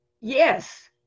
Yes